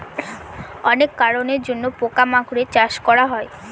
অনেক কারনের জন্য পোকা মাকড়ের চাষ করা হয়